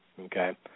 okay